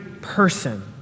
person